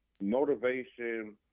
motivation